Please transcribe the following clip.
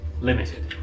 limited